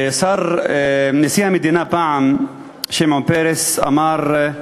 נשיא המדינה שמעון פרס אמר פעם